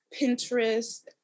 Pinterest